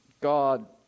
God